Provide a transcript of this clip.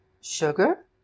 sugar